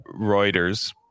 Reuters